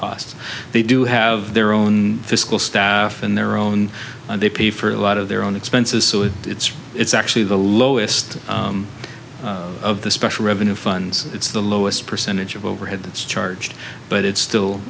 costs they do have their own fiscal staff and their own and they pay for a lot of their own expenses so it it's it's actually the lowest of the special revenue funds it's the lowest percentage of overhead that's charged but it's